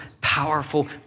powerful